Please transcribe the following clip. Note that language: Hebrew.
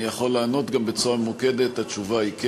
אני יכול לענות גם בצורה ממוקדת: התשובה היא כן.